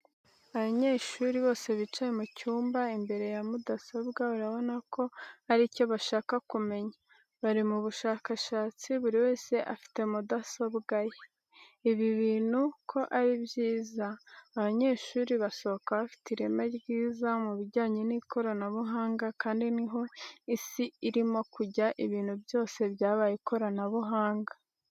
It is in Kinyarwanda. Abanyeshuri bose bicaye mu cyumba imbere ya mudasobwa urabona ko hari cyo bashaka kumenya, bari mu bushakashatsi buri wese afite mudasobwa ye. Ibi bintu ko ari byiza, abanyeshuri basohoka bafite ireme ryiza mubijyanye n'ikoranabuhanga kandi niho Isi irimo kujya, ibintu byose byabaye ikoranabuhanga.